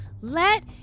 Let